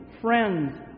friends